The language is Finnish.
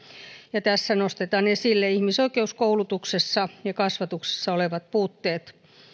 tässä nostetaan esille ihmisoikeuskoulutuksessa ja kasvatuksessa olevat puutteet